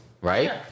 right